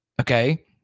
okay